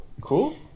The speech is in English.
Cool